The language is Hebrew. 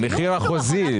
המחיר החוזי.